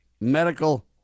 Medical